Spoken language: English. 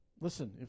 listen